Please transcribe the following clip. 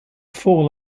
four